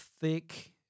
thick